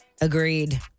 Agreed